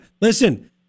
Listen